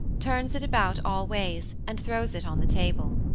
turns it about all ways, and throws it on the table.